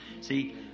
See